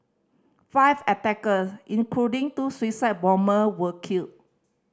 five attacker including two suicide bomber were killed